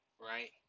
right